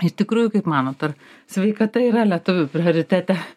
iš tikrųjų kaip manot ar sveikata yra lietuvių prioritete